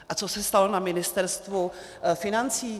A co se stalo na Ministerstvu financí?